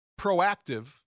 proactive